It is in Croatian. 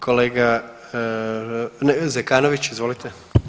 Kolega Zekanović, izvolite.